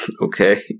Okay